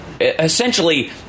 essentially